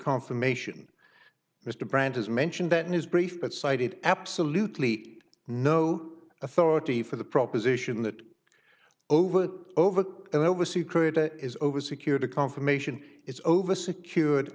confirmation mr brand has mentioned that in his brief but cited absolutely no authority for the proposition that over that over and over secret is over security confirmation is over secured